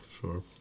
Sure